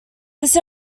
this